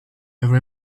every